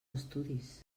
estudis